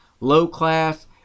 low-class